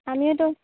আমিওতো